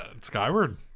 skyward